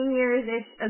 years-ish